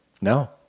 No